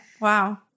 Wow